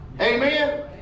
Amen